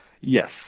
Yes